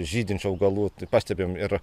žydinčių augalų pastebim ir